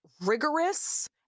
rigorous